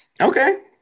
Okay